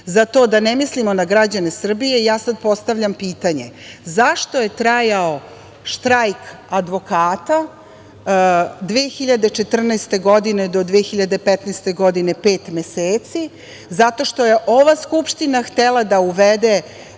za to da ne mislimo na građane Srbije i ja sada postavljam pitanje – zašto je trajao štrajk advokata 2014. do 22015. godine pet meseci? Zato što je ova skupština htela da uvede